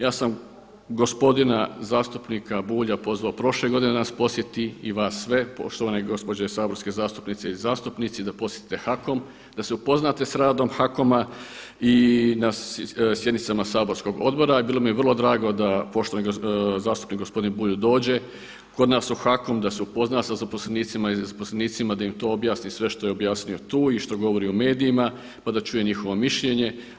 Ja sam gospodina zastupnika Bulja pozvao prošle godine da nas posjeti i vas sve poštovane gospođe saborske zastupnice i zastupnici da posjete HAKOM, da se upoznate sa radom HAKOM-a i na sjednicama saborskog odbora bilo mi je vrlo drago da poštovani zastupnik gospodin Bulj dođe kod nas u HAKOM, da se upozna sa zaposlenicima i zaposlenicima da im sve to objasni sve što je objasnio tu i što govori u medijima, pa da čuje njihovo mišljenja.